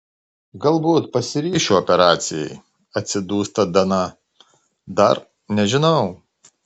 galbūt pasiryšiu operacijai atsidūsta dana dar nežinau